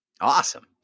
Awesome